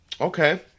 Okay